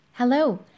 Hello